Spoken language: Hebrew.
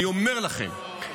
אני אומר לכם,